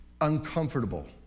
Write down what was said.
uncomfortable